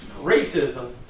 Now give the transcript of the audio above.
racism